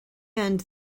end